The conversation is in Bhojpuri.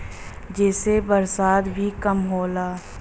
जेसे बरसात भी कम होला